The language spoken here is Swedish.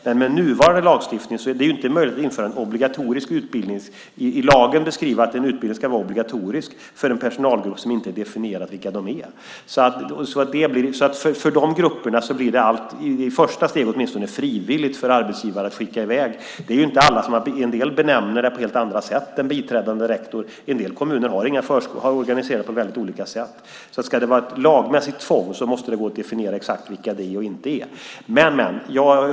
Men det är inte med nuvarande lagstiftning möjligt att föreskriva att en viss utbildning ska vara obligatorisk för en viss personalkategori när det inte i lagen definieras vilka som innefattas i denna personalkategori. Dessa grupper blir det frivilligt för arbetsgivaren att skicka på utbildning. Alla har inte samma benämningar på en biträdande rektor, och i kommunerna är förskolan organiserad på väldigt olika sätt. Ska det vara ett lagmässigt tvång måste det gå att definiera exakt vilka som omfattas.